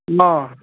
অঁ